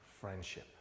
friendship